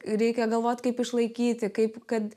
reikia galvoti kaip išlaikyti kaip kad